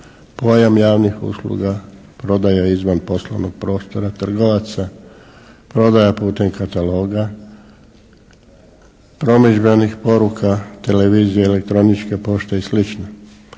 pojam javnih usluga, prodaja izvan poslovnog prostora trgovaca, prodaja putem kataloga, promidžbenih poruka, televizije, elektronične pošte i sl.